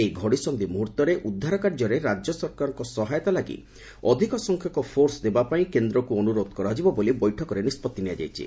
ଏହି ଘଡ଼ିସନ୍ଧି ମୁହୂର୍ତ୍ତରେ ଉଦ୍ଧାର କାର୍ଯ୍ୟରେ ରାଜ୍ୟ ସରକାରଙ୍କ ସହାୟତା ଲାଗି ଅଧିକ ସଂଖ୍ୟକ ଫୋର୍ସ ଦେବାପାଇଁ କେନ୍ଦ୍ରକୁ ଅନୁରୋଧ କରାଯିବ ବୋଳି ବୈଠକରେ ନିଷ୍ପତ୍ତି ନିଆଯାଇଛି